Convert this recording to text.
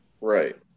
Right